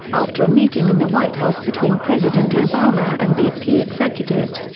after a meeting in the white house between president obama and bp executives,